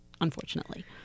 unfortunately